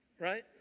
Right